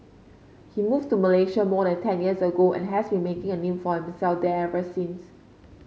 he moved to Malaysia more than ten years ago and has been making a name for himself there ever since